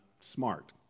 smart